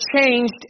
changed